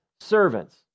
servants